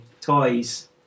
toys